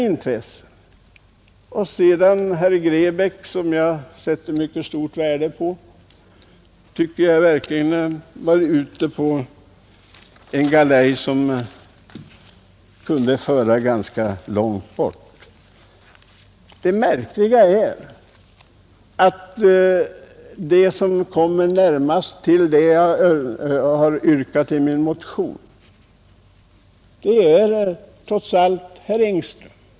Vidare tyckte jag verkligen att herr Grebäck, som jag sätter mycket stort värde på, var ute på en galeja som kunde föra honom ganska långt bort. Det märkliga är att den som kommer närmast det jag har yrkat i min motion trots allt är herr Engström.